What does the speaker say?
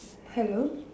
hello